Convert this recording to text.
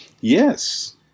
Yes